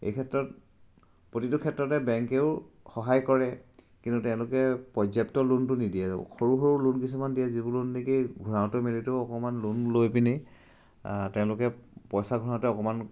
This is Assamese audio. এই ক্ষেত্ৰত প্ৰতিটো ক্ষেত্ৰতে বেংকেও সহায় কৰে কিন্তু তেওঁলোকে পৰ্যাপ্ত লোনটো নিদিয়ে সৰু সৰু লোন কিছুমান দিয়ে যিবোৰ লোন নেকি ঘূৰাওঁতে মেলোতেও অকণমান লোন লৈ পিনি তেওঁলোকে পইচা ঘূৰাওঁতে অকণমান